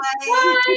Bye